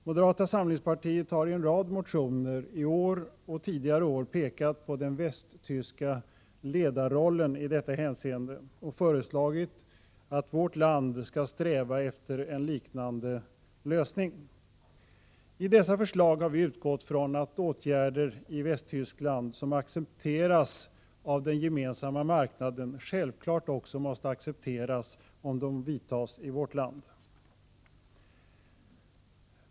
Moderata samlingspartiet har i en rad motioner i år och tidigare år pekat på den västtyska ledarrollen i detta hänseende och föreslagit att vårt land skall sträva efter en liknande lösning. I dessa förslag har vi utgått från att åtgärder i Västtyskland, som accepteras av den gemensamma marknaden, självklart också måste accepteras om de vidtas i vårt land.